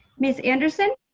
miss anderson.